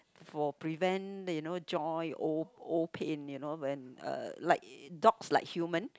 for prevent that you know joint old old pain you know when uh like dogs like human